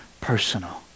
personal